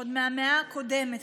עוד מהמאה הקודמת,